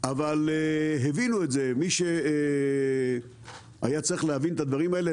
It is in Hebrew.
אבל הבינו את זה מי שהיה צריך להבין את הדברים האלה,